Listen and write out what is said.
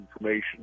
information